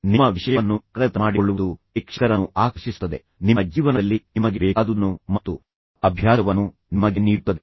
ನಿಮ್ಮ ವಿಷಯವನ್ನು ಕರಗತ ಮಾಡಿಕೊಳ್ಳುವುದು ಪ್ರೇಕ್ಷಕರನ್ನು ಆಕರ್ಷಿಸುತ್ತದೆ ನಿಮ್ಮ ಜೀವನದಲ್ಲಿ ನಿಮಗೆ ಬೇಕಾದುದನ್ನು ಮತ್ತು ಅಭ್ಯಾಸವನ್ನು ನಿಮಗೆ ನೀಡುತ್ತದೆ